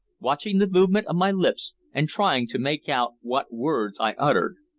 watching the movement of my lips and trying to make out what words i uttered.